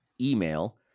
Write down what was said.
email